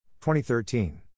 2013